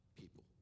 people